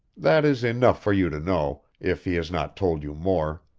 that is enough for you to know, if he has not told you more.